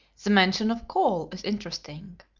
the mention of coal is interesting.